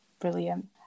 brilliant